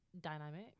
dynamic